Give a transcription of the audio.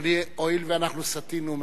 אדוני, הואיל ואנחנו סטינו מהפרוצדורה,